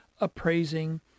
appraising